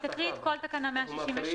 היא תקריא את כל תקנה 168,